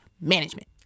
management